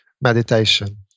meditation